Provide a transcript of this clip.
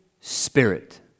Spirit